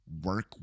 work